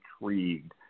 intrigued